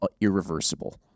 irreversible